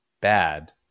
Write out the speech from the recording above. bad